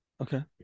Okay